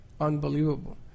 unbelievable